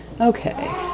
Okay